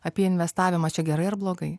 apie investavimą čia gerai ar blogai